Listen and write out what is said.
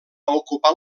ocupar